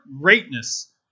greatness